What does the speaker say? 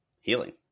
Healing